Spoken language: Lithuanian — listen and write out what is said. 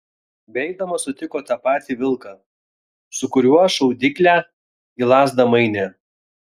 beeidamas sutiko tą patį vilką su kuriuo šaudyklę į lazdą mainė